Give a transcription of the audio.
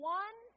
one